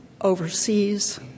overseas